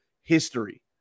history